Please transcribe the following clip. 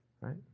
right